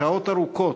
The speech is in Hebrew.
שעות ארוכות,